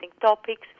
topics